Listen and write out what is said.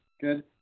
good